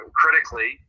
critically